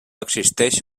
existeix